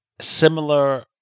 similar